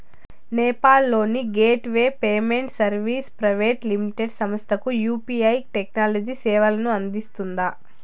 నేపాల్ లోని gateway payment services private limited సంస్థకు UPI technology సేవలను అందిస్తుందా?